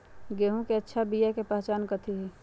गेंहू के अच्छा बिया के पहचान कथि हई?